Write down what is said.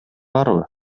барбы